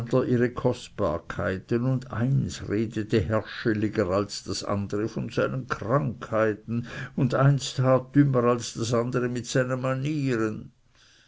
ihre kostbarkeiten und eins redete herrscheliger als das andere von seinen krankheiten und eins tat dummer als das andere mit seinen manieren